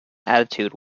attitude